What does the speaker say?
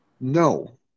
no